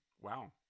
Wow